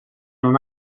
non